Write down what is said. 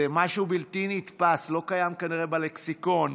זה משהו בלתי נתפס, לא קיים כנראה בלקסיקון,